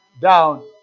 down